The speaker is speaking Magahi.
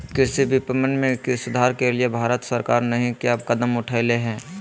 कृषि विपणन में सुधार के लिए भारत सरकार नहीं क्या कदम उठैले हैय?